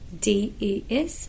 des